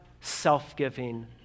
self-giving